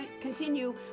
continue